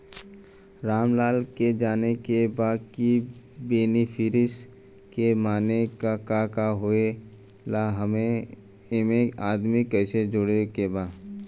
रामलाल के जाने के बा की बेनिफिसरी के माने का का होए ला एमे आदमी कैसे जोड़े के बा?